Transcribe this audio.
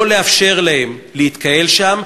לא לאפשר להם להתקהל שם,